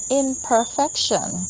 imperfection